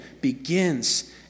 begins